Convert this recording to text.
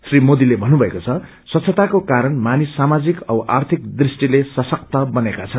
श्री मोदीले भन्नुभएको द स्वच्छताको कारण मानिस सामाजिक औ आर्थिक दृहष्टले सशक्त बनेका छन्